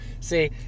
See